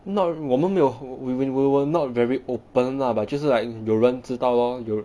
not 我们没有 we we were not very open lah but 就是 like 有人知道 lor 有人